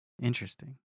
Interesting